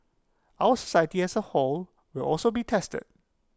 our society as A whole will also be tested